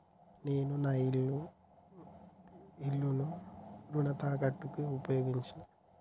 నేను నా ఇల్లును రుణ తాకట్టుగా ఉపయోగించినా